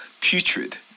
putrid